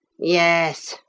yes,